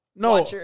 No